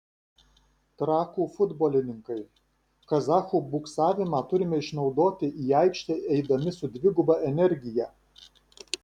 trakų futbolininkai kazachų buksavimą turime išnaudoti į aikštę eidami su dviguba energija